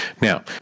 Now